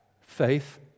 Faith